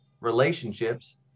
relationships